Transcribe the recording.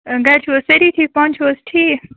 گَرٕ چھِوا حظ سٲرِی ٹھیٖک پانہٕ چھِو حظ ٹھیٖک